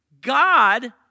God